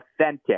authentic